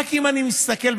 אם אני רק מסתכל,